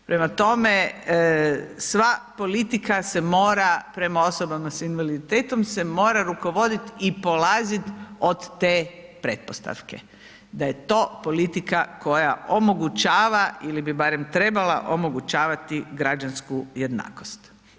Prema tome, sva politika se mora prema osobama s invaliditetom se mora rukovoditi i polaziti od te pretpostavke, da je to politika koja omogućava ili bi barem trebala omogućavati građansku jednakost.